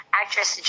actress